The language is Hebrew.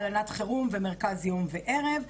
הלנת חירום ומרכז יום וערב,